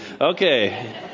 Okay